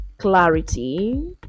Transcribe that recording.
clarity